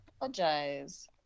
apologize